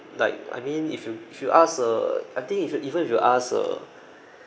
like I mean if you if you ask a I think if you even if you ask a